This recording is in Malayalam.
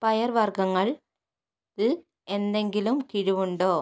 പയർവർഗ്ഗങ്ങളിൽ എന്തെങ്കിലും കിഴിവുണ്ടോ